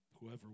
Whoever